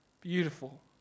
Beautiful